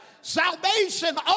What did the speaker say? Salvation